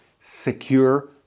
secure